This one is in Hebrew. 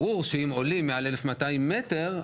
ברור שאם עולים מעל 1,200 מטר,